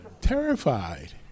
Terrified